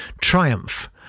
triumph